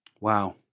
Wow